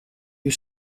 you